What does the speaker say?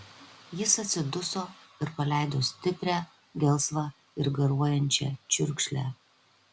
jis atsiduso ir paleido stiprią gelsvą ir garuojančią čiurkšlę